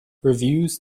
reviews